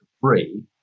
free